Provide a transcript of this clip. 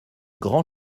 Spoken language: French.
grand